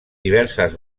diverses